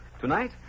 Tonight